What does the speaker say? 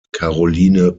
caroline